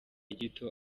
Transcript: gito